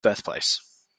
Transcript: birthplace